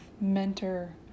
mentor